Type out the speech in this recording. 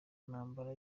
ntambara